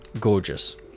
gorgeous